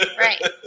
Right